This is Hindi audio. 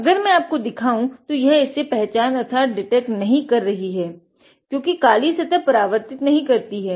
अगर मै आपको दिखाऊ तो यह इसे पहचान अर्थात डिटेक्ट नही रही है क्योंकि काली सतह परावर्तित नही करती है